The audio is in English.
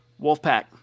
Wolfpack